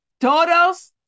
Todos